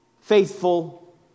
faithful